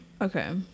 Okay